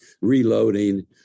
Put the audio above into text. reloading